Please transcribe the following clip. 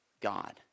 God